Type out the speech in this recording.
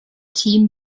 team